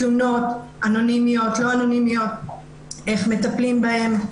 תלונות אנונימיות, איך מטפלים בהן?